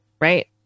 Right